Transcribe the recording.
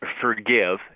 Forgive